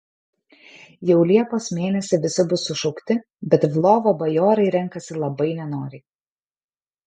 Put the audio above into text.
jau liepos mėnesį visi bus sušaukti bet lvovo bajorai renkasi labai nenoriai